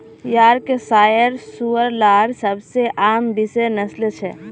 Yorkshire सूअर लार सबसे आम विषय नस्लें छ